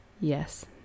yes